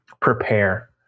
prepare